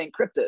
encrypted